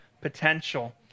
potential